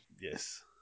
Yes